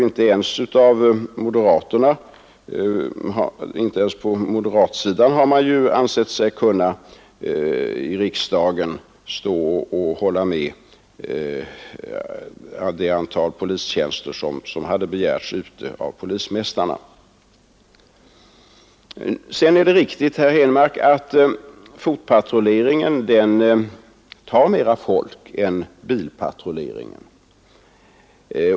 Inte ens moderata samlingspartiets representanter har i riksdagen kunnat tillstyrka det antal tjänster som begärts av polismästarna. Det är riktigt, herr Henmark, att fotpatrulleringen tar mera folk i anspråk än bilpatrulleringen.